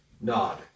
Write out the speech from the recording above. nod